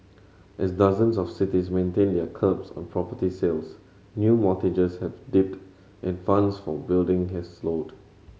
as dozens of cities maintain their curbs on property sales new mortgages have dipped and funds for building has slowed